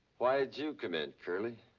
why did you come in, curley?